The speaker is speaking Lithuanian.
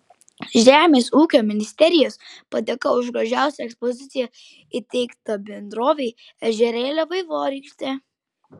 žemės ūkio ministerijos padėka už gražiausią ekspoziciją įteikta bendrovei ežerėlio vaivorykštė